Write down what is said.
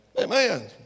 Amen